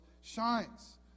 shines